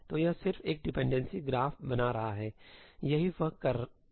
तो यह सिर्फ एक डिपेंडेंसी ग्राफ बना रहा है यही वह कर रहा है